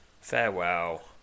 farewell